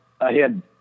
ahead